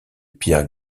pierres